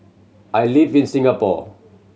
I live in Singapore